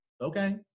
okay